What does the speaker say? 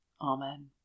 Amen